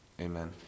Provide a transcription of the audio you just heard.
Amen